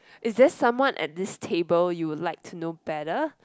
is there someone at this table you would like to know better